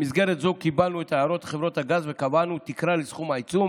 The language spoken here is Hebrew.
במסגרת זו קיבלנו את הערות חברות הגז וקבענו תקרה לסכום העיצום